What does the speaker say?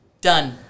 Done